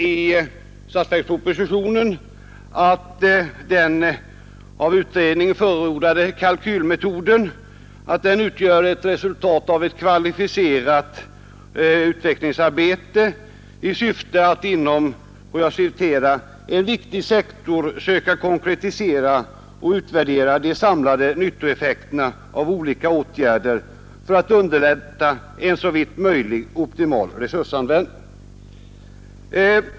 I statsverkspropositionen framhålles att den av utredningen förordade kalkylmodellen utgör ett resultat av ett kvalificerat utvecklingsarbete i syfte att ”inom en viktig sektor söka konkretisera och utvärdera de samlade nyttoeffekterna av olika åtgärder för att underlätta en såvitt möjligt optimal resursanvändning”.